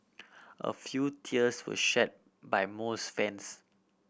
a few tears were shed by most fans